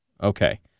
Okay